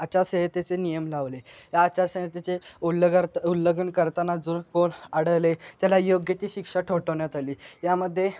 आचारसंहितेचे नियम लावले या आचारसंहितेचे उल्लगर उल्लंघन करताना जर कोण आढळले त्याला योग्य ती शिक्षा ठोठवण्यात आली यामध्ये